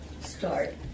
start